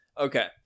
Okay